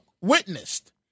witnessed